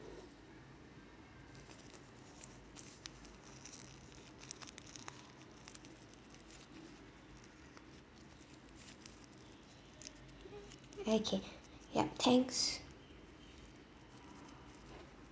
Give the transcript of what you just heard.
okay yup thanks